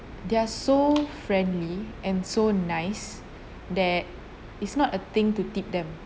they are so friendly and so nice that is not a thing to tip them